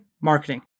marketing